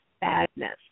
badness